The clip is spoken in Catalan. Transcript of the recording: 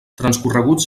transcorreguts